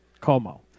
Como